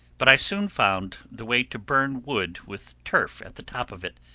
but i soon found the way to burn wood with turf at the top of it,